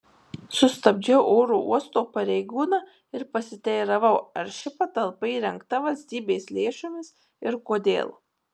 sustabdžiau oro uosto pareigūną ir pasiteiravau ar ši patalpa įrengta valstybės lėšomis ir kodėl